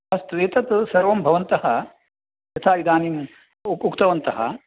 अस्तु एतत् सर्वं भवन्तः यथा इदानीम् उ उक्तवन्तः